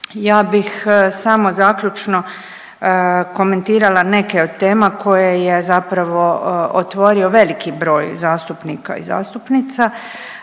Ja bih samo zaključno komentirala neke od tema koja je zapravo otvorio veliki broj zastupnika i zastupnica